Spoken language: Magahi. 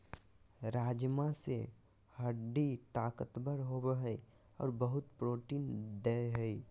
राजमा से हड्डी ताकतबर होबो हइ और बहुत प्रोटीन देय हई